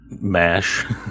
mash